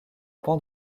pan